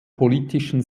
politischen